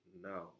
no